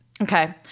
Okay